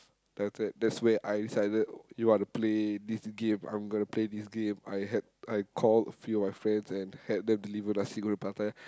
that's it there's where I decided you wanna play this game I'm gonna play this game I had I call a few of my friends and had them delivered nasi-goreng-Pattaya